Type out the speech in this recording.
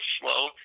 slow